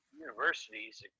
universities